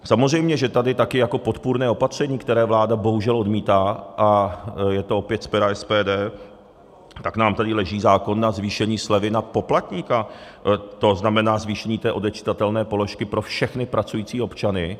Samozřejmě, že tady taky jako podpůrné opatření, které vláda bohužel odmítá, a je to opět z pera SPD, nám tady leží zákon na zvýšení slevy na poplatníka, to znamená, zvýšení té odečitatelné položky pro všechny pracující občany.